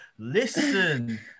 Listen